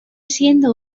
siendo